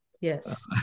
Yes